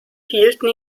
hielten